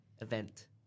event